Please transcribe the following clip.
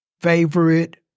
favorite